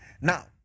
Now